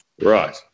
Right